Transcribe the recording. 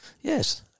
yes